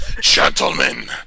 gentlemen